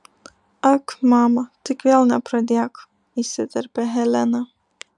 ak mama tik vėl nepradėk įsiterpia helena